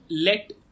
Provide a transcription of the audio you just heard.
let